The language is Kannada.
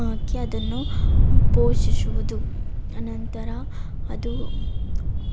ಹಾಕಿ ಅದನ್ನು ಪೋಷಿಸುವುದು ನಂತರ ಅದು